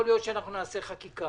יכול להיות שאנחנו נעשה חקיקה